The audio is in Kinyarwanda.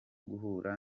guhura